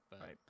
Right